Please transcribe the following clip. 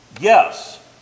Yes